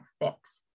fix